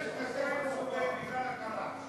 זה שנתיים קורה לי בגלל הקרחת.